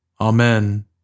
Amen